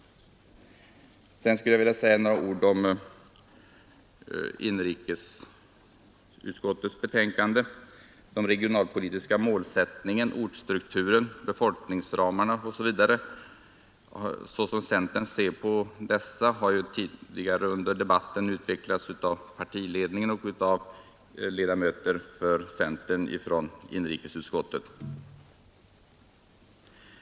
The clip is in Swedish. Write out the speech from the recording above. Sedan skulle jag vilja säga några ord i anslutning till inrikesutskottets betänkande. Hur centern ser på den regionalpolitiska målsättningen, ortsstrukturen, befolkningsramarna har tidigare under debatten utvecklats av partiledningen och av centerpartiets övriga ledamöter i inrikesutskottet.